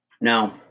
Now